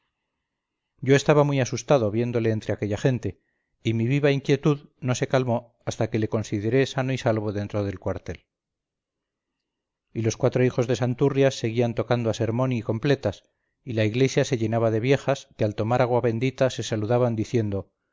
yo estaba muy asustado viéndole entre aquella gente y mi viva inquietud no se calmó hasta que le consideré sano y salvo dentro del cuartel y los cuatro hijos de santurrias seguían tocando a sermón y completas y la iglesia se llenaba de viejas que al tomar agua bendita se saludaban diciendo